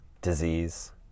disease